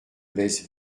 lès